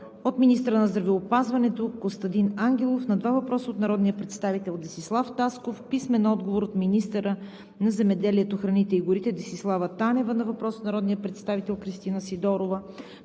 - министъра на здравеопазването Костадин Ангелов на два въпроса от народния представител Десислав Тасков; - министъра на земеделието, храните и горите Десислава Танева на въпрос от народния представител Кристина Сидорова;